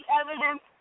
evidence